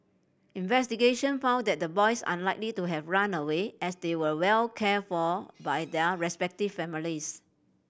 investigation found that the boys unlikely to have run away as they were well cared for by their respective families